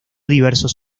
diversos